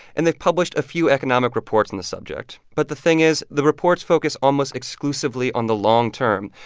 and they've published a few economic reports on the subject. but the thing is, the reports focus almost exclusively on the long term,